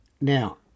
Now